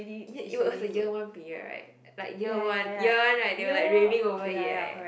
ya it was a year one period right like year one year one right they were like raving over it leh